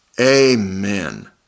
Amen